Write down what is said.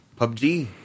PUBG